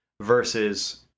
versus